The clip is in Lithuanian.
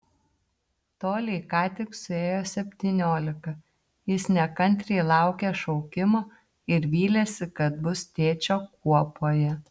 toliai ką tik suėjo septyniolika jis nekantriai laukė šaukimo ir vylėsi kad bus tėčio kuopoje